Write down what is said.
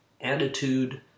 attitude